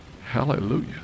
Hallelujah